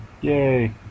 Yay